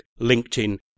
LinkedIn